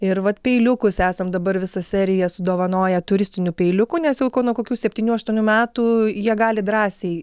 ir vat peiliukus esam dabar visą seriją sudovanoję turistinių peiliukų nes jau ko nuo kokių septynių aštuonių metų jie gali drąsiai